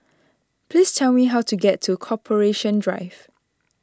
please tell me how to get to Corporation Drive